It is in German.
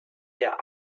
der